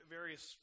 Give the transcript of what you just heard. Various